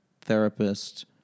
therapist